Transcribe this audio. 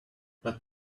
but